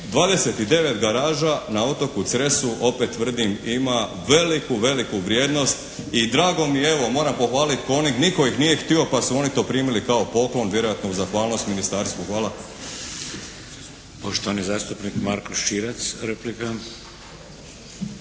29 garaža na otoku Cresu opet tvrdim ima veliku, veliku vrijednost i drago mi je evo, moram pohvaliti "Coning" nitko ih nije htio pa su oni to primili kao poklon, vjerojatno uz zahvalnost ministarstvu. Hvala. **Šeks, Vladimir (HDZ)** Poštovani zastupnik Marko Širac, replika.